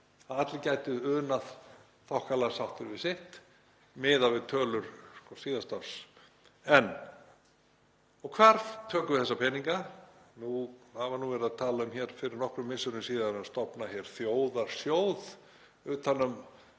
allir gætu unað þokkalega sáttir við sitt miðað við tölur síðasta árs. Hvar tökum við þessa peninga? Það var nú verið að tala um hér fyrir nokkrum misserum að stofna þjóðarsjóð utan um